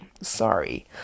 Sorry